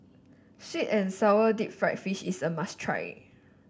sweet and sour Deep Fried Fish is a must try